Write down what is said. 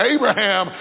Abraham